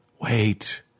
Wait